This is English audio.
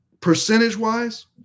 percentage-wise